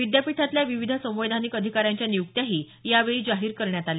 विद्यापीठातल्या विविध संवैधानिक अधिकाऱ्यांच्या नियुक्त्याही यावेळी जाहीर करण्यात आल्या